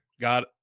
got